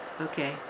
Okay